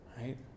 right